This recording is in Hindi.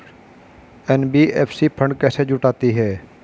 एन.बी.एफ.सी फंड कैसे जुटाती है?